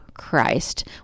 Christ